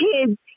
kids